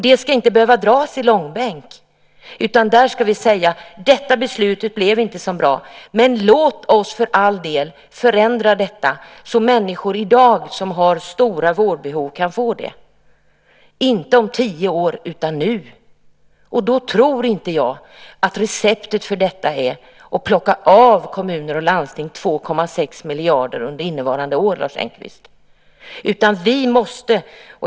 Det ska inte behöva dras i långbänk, utan där ska vi säga: Detta beslut blev inte så bra, men låt oss för all del förändra detta så att människor som i dag har stora vårdbehov kan få det, inte om tio år utan nu. Då tror jag inte att receptet är att plocka av kommuner och landsting 2,6 miljarder kronor under innevarande år, Lars Engqvist.